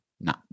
No